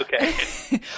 Okay